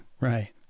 Right